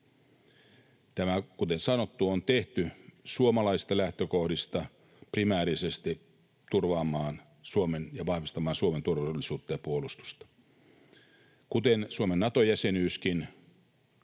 Tämä, kuten sanottu, on tehty suomalaisista lähtökohdista primäärisesti turvaamaan ja vahvistamaan Suomen turvallisuutta ja puolustusta. Kuten Suomen Nato-jäsenyyskin,